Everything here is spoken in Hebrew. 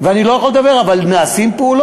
ואני לא יכול לדבר, אבל נעשות פעולות.